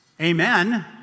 amen